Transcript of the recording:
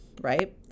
right